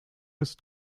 ist